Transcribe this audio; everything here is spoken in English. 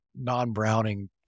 non-browning